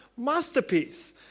masterpiece